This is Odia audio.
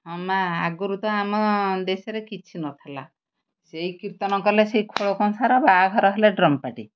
ହଁ ମାଆ ଆଗରୁ ତ ଆମ ଦେଶରେ କିଛି ନଥିଲା ସେଇ କୀର୍ତ୍ତନ କଲେ ସେଇ ଖୋଳ କଂସାର ବାହାଘର ହେଲେ ଡ୍ରମ୍ ପାର୍ଟି